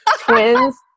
Twins